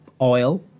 oil